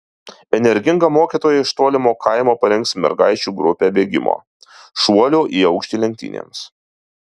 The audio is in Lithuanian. energinga mokytoja iš tolimo kaimo parengs mergaičių grupę bėgimo šuolio į aukštį lenktynėms